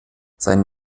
sein